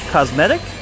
Cosmetic